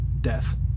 death